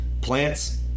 plants